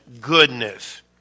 goodness